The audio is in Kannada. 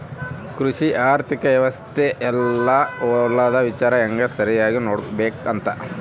ಕೃಷಿ ಆರ್ಥಿಕ ವ್ಯವಸ್ತೆ ಯೆಲ್ಲ ಹೊಲದ ವಿಚಾರ ಹೆಂಗ ಸರಿಗ ನೋಡ್ಕೊಬೇಕ್ ಅಂತ